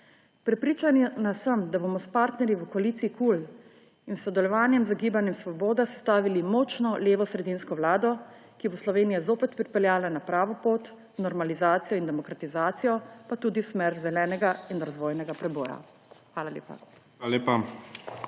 Prepričana sem, da bomo s partnerji v koaliciji KUL in sodelovanjem z Gibanjem Svoboda sestavili močno levosredinsko vlado, ki bo Slovenijo zopet pripeljala na pravo pot, v normalizacijo in demokratizacijo in tudi v smer zelenega in razvojnega preboja. Hvala lepa. PREDSEDNIK